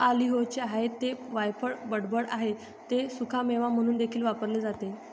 ऑलिव्हचे आहे ते वायफळ बडबड आहे ते सुकामेवा म्हणून देखील वापरले जाते